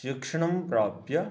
शिक्षणं प्राप्य